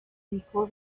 dejó